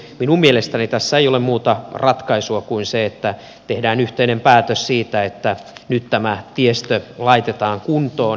minun mielestäni tässä ei ole muuta ratkaisua kuin se että tehdään yhteinen päätös siitä että nyt tämä tiestö laitetaan kuntoon